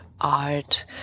art